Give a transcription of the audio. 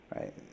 right